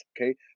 okay